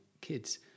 kids